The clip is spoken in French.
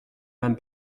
même